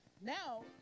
Now